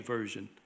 Version